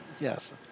Yes